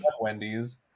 Wendy's